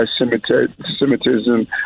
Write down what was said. anti-Semitism